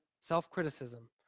Self-criticism